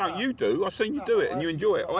ah you do, i've seen you do it and you enjoy